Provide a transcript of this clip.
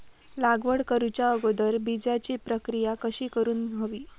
लागवड करूच्या अगोदर बिजाची प्रकिया कशी करून हवी?